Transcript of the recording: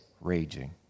raging